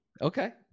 Okay